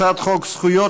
הצעת חוק זכויות,